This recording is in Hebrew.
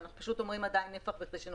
ושם